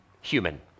human